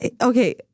okay